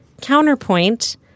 Counterpoint